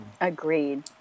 Agreed